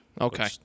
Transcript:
Okay